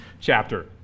chapter